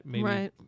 Right